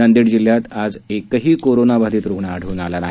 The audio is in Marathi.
नांदेड जिल्ह्यात आज एकही कोरोनाविषाणू बाधीत रूग्ण आढळून आला नाही